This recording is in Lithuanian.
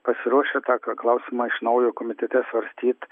pasiruošę tą klausimą iš naujo komitete svarstyt